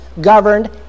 governed